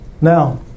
Now